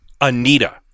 anita